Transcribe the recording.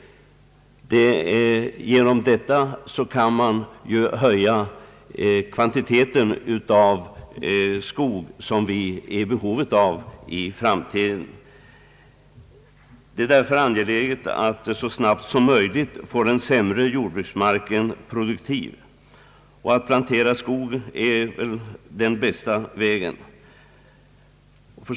Härigenom kan man höja kvantiteten av skog, vilket kommer att vara behövligt i framtiden. Det är därför angeläget att så snabbt som möjligt få den sämre jordbruksmarken produktiv. Plantering av skog är den bästa vägen.